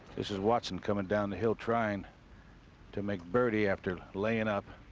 this is watson coming down the hill, trying to make birdie after laying up.